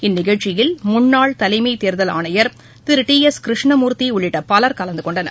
இந்நிகழ்ச்சியில் முன்னாள் தலைமைத் தேர்தல் ஆணையர் திரு டி எஸ் கிருஷ்ணமூர்த்தி உள்ளிட்ட பலர் கலந்து கொண்டனர்